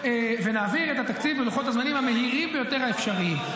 ונעביר את התקציב בלוחות הזמנים המהירים ביותר האפשריים.